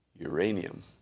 uranium